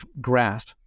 grasp